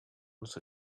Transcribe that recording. not